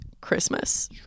Christmas